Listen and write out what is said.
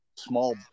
small